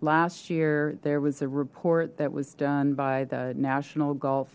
last year there was a report that was done by the national golf